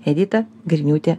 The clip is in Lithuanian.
edita griniūte